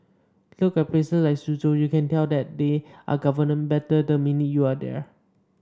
look at places like Suzhou you can tell that they are governed better the minute you are there